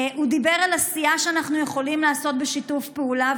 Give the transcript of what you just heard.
הוא דיבר על עשייה שאנחנו יכולים לעשות בשיתוף פעולה,